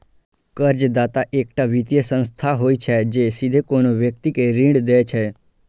कर्जदाता एकटा वित्तीय संस्था होइ छै, जे सीधे कोनो व्यक्ति कें ऋण दै छै